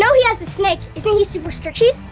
so he has the snake, you think he's super stretchy?